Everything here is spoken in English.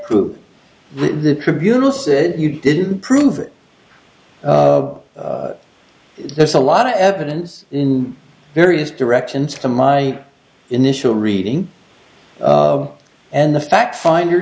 prove the tribunal said you didn't prove it there's a lot of evidence in various directions to my initial reading and the fact finder